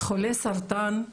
חולה סרטן,